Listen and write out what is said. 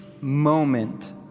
moment